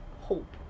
hope